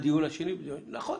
נכון,